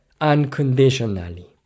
unconditionally